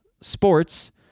sports